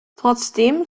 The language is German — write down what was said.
trotzdem